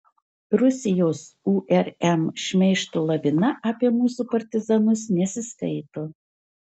rusijos urm šmeižto lavina apie mūsų partizanus nesiskaito